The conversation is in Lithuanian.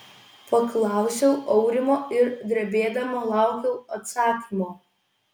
paklausiau aurimo ir drebėdama laukiau atsakymo